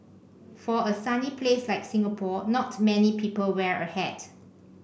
for a sunny place like Singapore not many people wear a hat